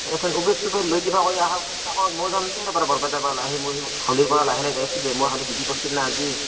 এথেন Uber চুবেৰ লৈ কিবা কৰি অহাৰ চেষ্টা কৰ ময়ো যাম দে বাৰু বৰপেটাৰপৰা ওলাই সেই ময়ো হাউলীৰপৰা লাহে লাহে যাই আছো দে মই হাউলীত ডিউটিত পৰিছিল না আজি